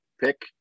pick